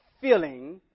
feeling